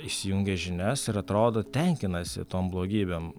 įsijungia žinias ir atrodo tenkinasi tom blogybėm